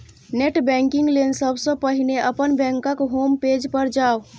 net banking लेल सबसं पहिने अपन बैंकक होम पेज पर जाउ